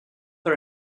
are